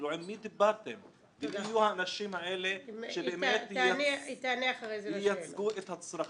עם מי דיברתם ומי יהיו האנשים האלה שבאמת ייצגו את הצרכים?